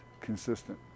consistent